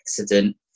accident